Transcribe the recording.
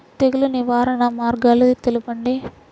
తెగులు నివారణ మార్గాలు తెలపండి?